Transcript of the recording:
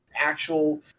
actual